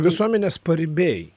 visuomenės paribiai